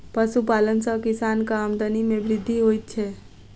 पशुपालन सॅ किसानक आमदनी मे वृद्धि होइत छै